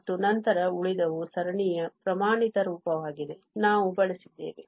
ಮತ್ತು ನಂತರ ಉಳಿದವು ಸರಣಿಯ ಪ್ರಮಾಣಿತ ರೂಪವಾಗಿದೆ ನಾವು ಬಳಸಿದ್ದೇವೆ